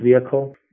vehicle